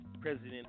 President